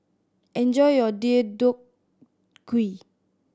enjoy your Deodeok Gui